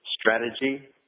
strategy